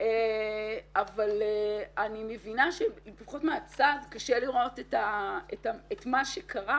אבל אני מבינה שחוץ מהצו, קשה לראות את מה שקרה